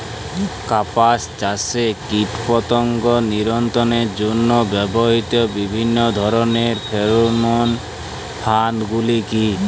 কাপাস চাষে কীটপতঙ্গ নিয়ন্ত্রণের জন্য ব্যবহৃত বিভিন্ন ধরণের ফেরোমোন ফাঁদ গুলি কী?